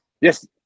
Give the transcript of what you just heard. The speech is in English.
Yes